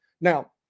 Now